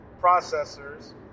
processors